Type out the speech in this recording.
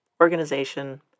Organization